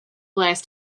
last